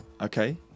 Okay